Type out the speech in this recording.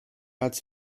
als